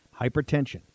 Hypertension